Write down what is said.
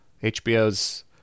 HBO's